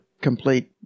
complete